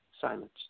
silence